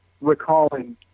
recalling